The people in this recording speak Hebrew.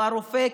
לא הרופא,